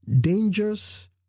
dangers